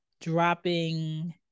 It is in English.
dropping